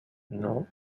non